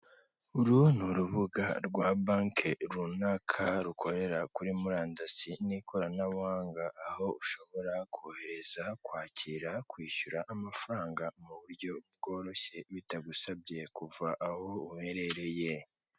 Uru ni urubuga rwa banki runaka rukorera kuri murandasi n'ikoranabuhanga aho ushobora kohereza, kwakira, kwishyura amafaranga mu buryo bworoshye bitagusabye kuva aho uherereye.